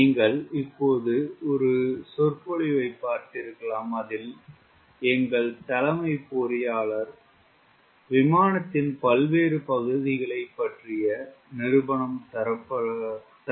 நீங்கள் இப்போது ஒரு சொற்பொழிவைப் பார்த்திருக்கலாம் அதில் எங்கள் தலைமை பொறியாளரால் விமானத்தின் பல்வேறு பகுதிகளை பற்றிய நிருபணம் தரப்பட்டுள்ளது